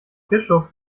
bischof